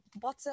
bottom